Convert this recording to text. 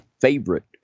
favorite